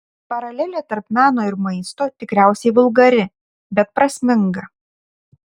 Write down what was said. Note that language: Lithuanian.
paralelė tarp meno ir maisto tikriausiai vulgari bet prasminga